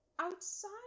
outside